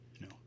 No